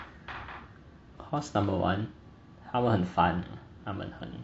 cause number one 他们很烦他们很